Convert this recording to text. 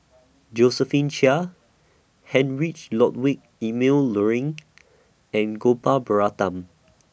Josephine Chia Heinrich Ludwig Emil Luering and Gopal Baratham